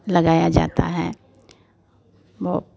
लगाया जाता है वह